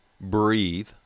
breathe